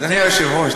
אדוני היושב-ראש,